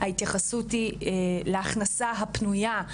ההתייחסות היא להכנסה הפנויה,